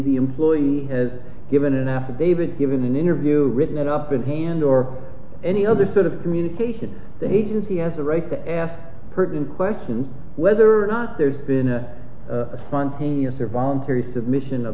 the employee has given an affidavit given an interview written up in hand or any other sort of communication the agency has a right to ask pertinent questions whether or not there's been a a spontaneous or voluntary submission of